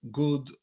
good